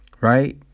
Right